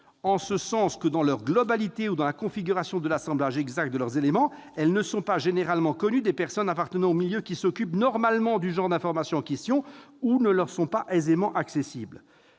en ce sens que, dans leur globalité ou dans la configuration de l'assemblage exacts de leurs éléments, elles ne sont pas généralement connues des personnes appartenant aux milieux qui s'occupent normalement du genre d'informations en question, ou ne leur sont pas aisément accessibles